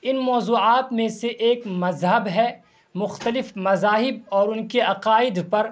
ان موضوعات میں سے ایک مذہب ہے مختلف مذاہب اور ان کے عقائد پر